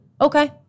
Okay